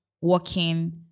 working